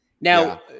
Now